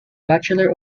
bachelor